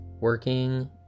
working